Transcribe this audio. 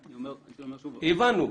הבנו,